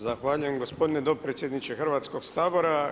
Zahvaljujem gospodine dopredsjedniče Hrvatskoga sabora.